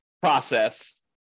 process